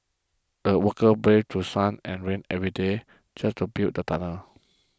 the workers braved through sun and rain every day just to build the tunnel